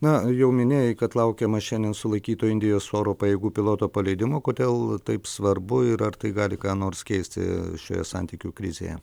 na jau minėjai kad laukiama šiandien sulaikyto indijos oro pajėgų piloto paleidimo kodėl taip svarbu ir ar tai gali ką nors keisti šioje santykių krizėje